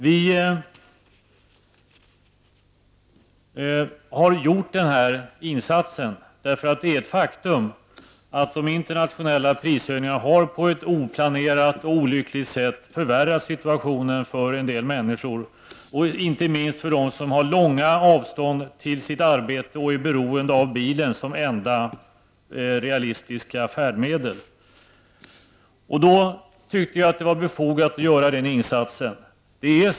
Vi har gjort den här insatsen därför att det är ett faktum att de internationella prishöjningarna på ett oplanerat och olyckligt sätt har förvärrat situationen för en del människor, inte minst för dem som har långa avstånd till sitt arbete och är beroende av bilen som enda realistiska färdmedel. Därför tycker jag att det var befogat att göra den insatsen.